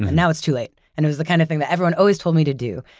now it's too late. and it was the kind of thing that everyone always told me to do,